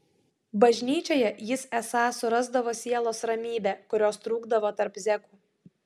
bažnyčioje jis esą surasdavo sielos ramybę kurios trūkdavo tarp zekų